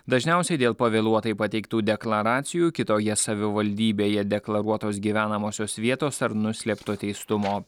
dažniausiai dėl pavėluotai pateiktų deklaracijų kitoje savivaldybėje deklaruotos gyvenamosios vietos ar nuslėpto teistumo